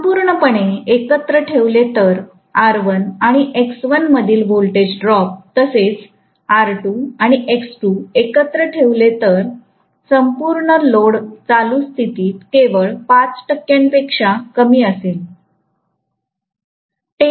संपूर्णपणे एकत्र ठेवले तर R1 आणिX1 मधील व्होल्टेज ड्रॉप तसेच R2 आणि X2 एकत्र ठेवले तर संपूर्ण लोड चालूस्थितीत केवळ 5 टक्क्यांपेक्षा कमी असेल